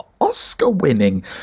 Oscar-winning